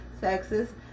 Texas